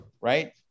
right